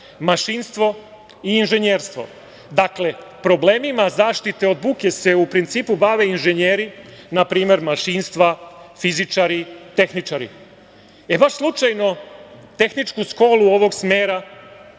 mašinstvo i inženjerstvo. Dakle, problemima zaštite od buke se u principu bave inžinjeri, npr. mašinstva, fizičari, tehničari. E baš slučajno tehničku školu ovog smera je